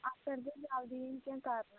اَتھ کٔرۍ زیٚو جَلدٕے یی کیٚنٛہہ کَرنس